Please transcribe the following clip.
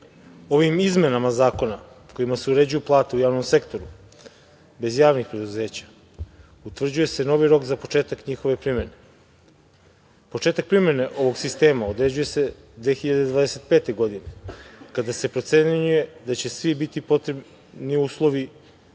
izmenama Zakona kojima se uređuju plate u javnom sektoru, bez javnih preduzeća, utvrđuje se novi rok za početak njihove primene. Početak primene novog sistema određuje se 2025. godine, kada se procenjuje da će svi potrebni uslovi